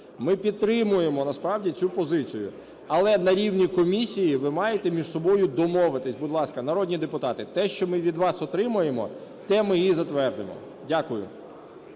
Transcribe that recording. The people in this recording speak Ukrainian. Ми підтримуємо, насправді, цю позицію. Але на рівні комісії ви маєте між собою домовитись. Будь ласка, народні депутати, те, що ми від вас отримуємо, те ми і затвердимо. Дякую.